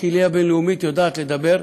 הקהילה הבין-לאומית יודעת לדבר.